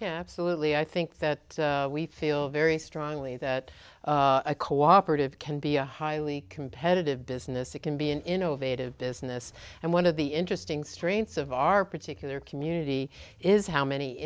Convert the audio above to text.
absolutely i think that we feel very strongly that a cooperative can be a highly competitive business it can be an innovative business and one of the interesting strengths of our particular community is how many